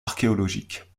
archéologiques